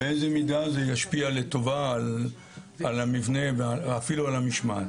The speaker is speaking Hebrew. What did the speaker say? באיזו מידה זה ישפיע לטובה על המבנה ואפילו על המשמעת.